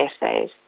essays